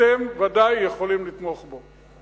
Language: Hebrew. אתם ודאי יכולים לתמוך בו.